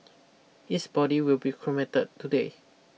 his body will be cremated today